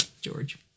george